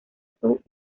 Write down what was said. sus